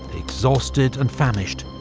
exhausted and famished,